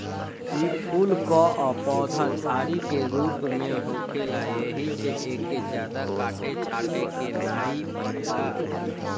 इ फूल कअ पौधा झाड़ी के रूप में होखेला एही से एके जादा काटे छाटे के नाइ पड़ेला